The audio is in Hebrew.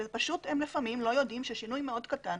אלא פשוט לפעמים הם לא יודעים ששינוי מאוד קטן,